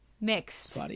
mixed